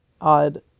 odd